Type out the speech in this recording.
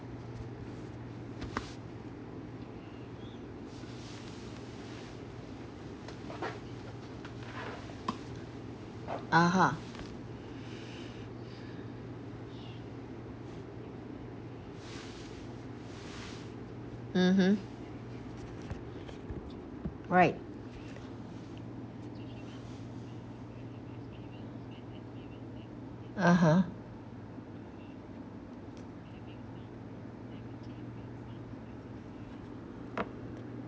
(uh huh) mmhmm right (uh huh)